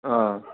آ